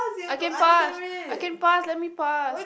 I can pass I can pass let me pass